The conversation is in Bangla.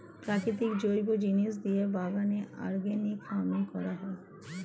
প্রাকৃতিক জৈব জিনিস দিয়ে বাগানে অর্গানিক ফার্মিং করা হয়